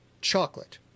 Chocolate